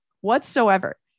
whatsoever